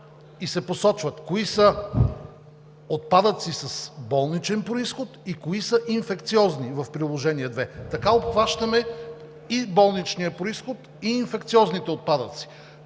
и се посочва кои отпадъци са с болничен произход и кои са инфекциозни в Приложение № 2. Така обхващаме болничния произход и инфекциозните отпадъци.